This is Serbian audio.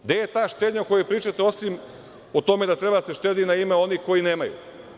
Gde je ta štednja o kojoj pričate, osim o tome da treba da se štedi na ime onih koji nemaju?